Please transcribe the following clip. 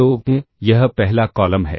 तो यह पहला कॉलम है